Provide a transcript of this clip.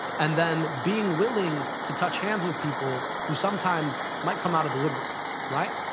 and then being willing to touch hands with people who sometimes might come out of the woodwork, right.